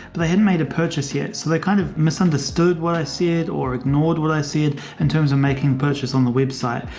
but they hadn't made a purchase yet. so they kind of misunderstood what i said or ignored what i said in and terms of making purchase on the website.